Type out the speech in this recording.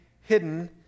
hidden